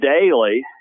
daily